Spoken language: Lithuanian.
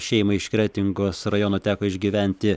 šeimai iš kretingos rajono teko išgyventi